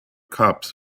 cups